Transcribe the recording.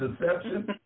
deception